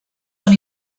són